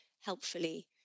helpfully